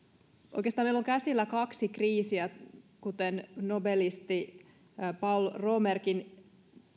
oikeastaan meillä on käsillä kaksi kriisiä kuten nobelisti paul romerkin